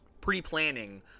pre-planning